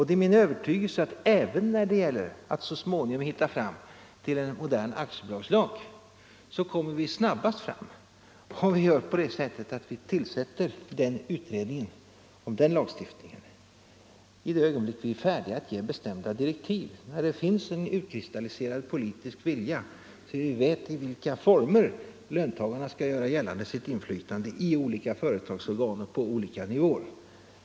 Det är min övertygelse att även när det gäller att så småningom hitta fram till en modern aktiebolagslag kommer vi snabbast fram om vi tillsätter en utredning om den lagstiftningen i det ögonblick vi är färdiga att ge bestämda direktiv, när det finns en utkristalliserad politisk vilja, när vi vet i vilka former löntagarna skall göra sitt inflytande gällande i olika företagsorgan och på olika nivåer.